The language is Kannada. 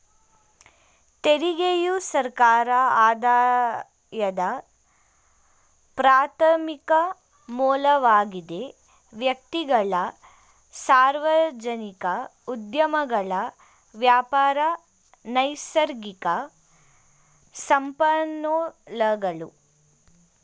ತೆರಿಗೆಯು ಸರ್ಕಾರ ಆದಾಯದ ಪ್ರಾರ್ಥಮಿಕ ಮೂಲವಾಗಿದೆ ವ್ಯಕ್ತಿಗಳು, ಸಾರ್ವಜನಿಕ ಉದ್ಯಮಗಳು ವ್ಯಾಪಾರ, ನೈಸರ್ಗಿಕ ಸಂಪನ್ಮೂಲಗಳು